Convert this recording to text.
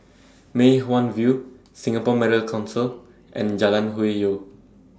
Mei Hwan View Singapore Medical Council and Jalan Hwi Yoh